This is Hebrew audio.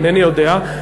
אינני יודע.